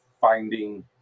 finding